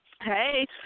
Hey